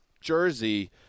jersey